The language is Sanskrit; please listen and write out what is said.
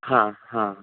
हा हा